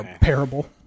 Parable